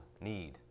need